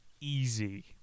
easy